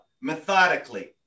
methodically